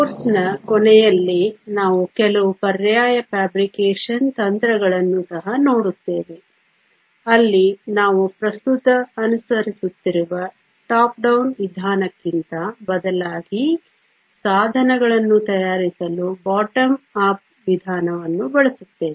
ಕೋರ್ಸ್ನ ಕೊನೆಯಲ್ಲಿ ನಾವು ಕೆಲವು ಪರ್ಯಾಯ ಫ್ಯಾಬ್ರಿಕೇಶನ್ ತಂತ್ರಗಳನ್ನು ಸಹ ನೋಡುತ್ತೇವೆ ಅಲ್ಲಿ ನಾವು ಪ್ರಸ್ತುತ ಅನುಸರಿಸುತ್ತಿರುವ ಟಾಪ್ ಡೌನ್ ವಿಧಾನಕ್ಕಿಂತ ಬದಲಾಗಿ ಸಾಧನಗಳನ್ನು ತಯಾರಿಸಲು ಬಾಟಮ್ ಅಪ್ ವಿಧಾನವನ್ನು ಬಳಸುತ್ತೇವೆ